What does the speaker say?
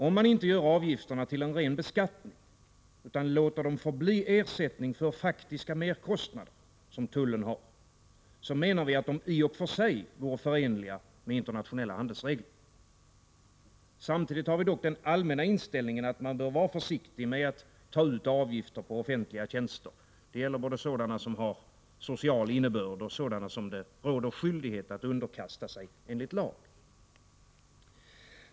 Om man inte gör avgifterna till en ren beskattning utan låter dem förbli ersättning för faktiska merkostnader som tullen har, menar vi att de i och för sig vore förenliga med internationella handelsregler. Samtidigt har vi dock den allmänna inställningen att man bör vara försiktig med att ta ut avgifter på offentliga tjänster — det gäller både sådana som har social innebörd och sådana som det råder skyldighet enligt lag att underkasta sig.